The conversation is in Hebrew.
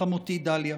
וחמותי דליה.